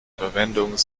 verwendung